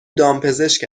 دامپزشک